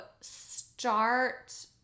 start